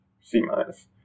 C-minus